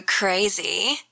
Crazy